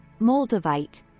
Moldavite